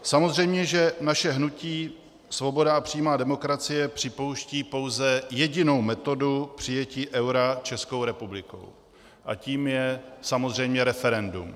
Samozřejmě že naše hnutí Svoboda a přímá demokracie připouští pouze jedinou metodu přijetí eura Českou republikou a tou je samozřejmě referendum.